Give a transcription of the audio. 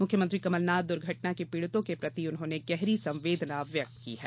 मुख्यमंत्री कमल नाथ दुर्घटना के पीड़ितो के प्रति गहरी संवेदना व्यक्त की है